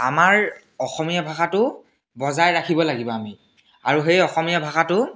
আমাৰ অসমীয়া ভাষাটো বজাই ৰাখিব লাগিব আমি আৰু সেই অসমীয়া ভাষাটো